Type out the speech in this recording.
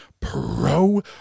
pro